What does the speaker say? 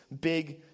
big